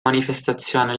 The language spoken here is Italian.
manifestazione